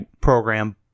program